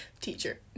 Teacher